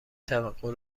توقع